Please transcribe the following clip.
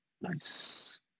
Nice